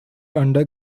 under